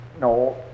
No